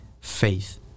faith